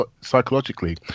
psychologically